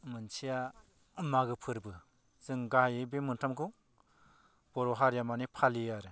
मोनसेया मागो फोरबो जों गाहायै बे मोनथामखौ बर' हारिया माने फालियो आरो